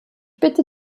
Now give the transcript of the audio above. bitte